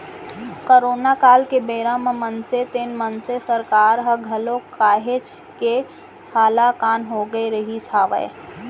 corona काल के बेरा म मनसे तेन मनसे सरकार ह घलौ काहेच के हलाकान होगे रिहिस हवय